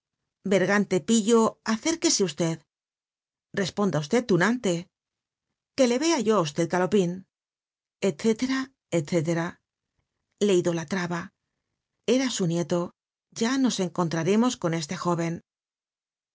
caballerato bergante pillo acérquese usted responda usted tunante que le vea yo á usted galopín etc etc le idolatraba era su nieto ya nos encontraremos con este jóven